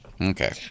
okay